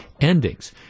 endings